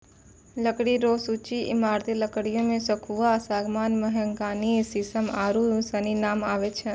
लकड़ी रो सूची ईमारती लकड़ियो मे सखूआ, सागमान, मोहगनी, सिसम आरू सनी नाम आबै छै